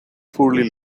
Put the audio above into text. poorly